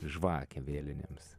žvakę vėlinėms